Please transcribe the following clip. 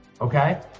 Okay